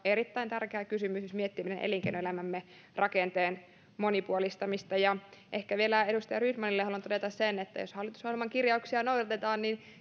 tämä on erittäin tärkeä kysymys jos miettii meidän elinkeinoelämämme rakenteen monipuolistamista ehkä vielä edustaja rydmanille haluan todeta sen että jos hallitusohjelman kirjauksia noudatetaan niin